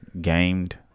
gamed